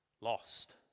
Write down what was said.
lost